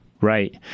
Right